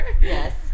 Yes